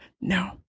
No